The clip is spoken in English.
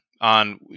on